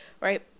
Right